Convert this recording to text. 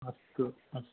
अस्तु अस्तु